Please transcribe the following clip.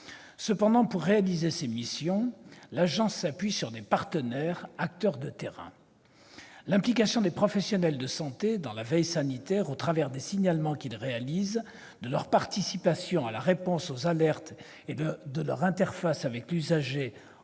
Cependant, pour réaliser ses missions, l'agence s'appuie sur des partenaires, acteurs de terrain. L'implication des professionnels de santé dans la veille sanitaire, au travers des signalements qu'ils réalisent, de leur participation à la réponse aux alertes et de leur interface avec l'usager